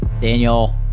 Daniel